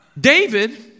David